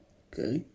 okay